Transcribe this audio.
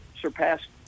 surpassed